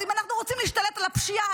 אם אנחנו רוצים להשתלט על הפשיעה,